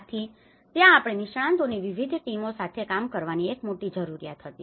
આથી ત્યાં આપણે નિષ્ણાતોની વિવિધ ટીમો સાથે કામ કરવાની એક મોટી જરૂરિયાત હતી